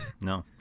no